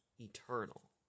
Eternal